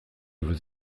veux